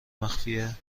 مخفیه